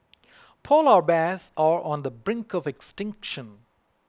Polar Bears are on the brink of extinction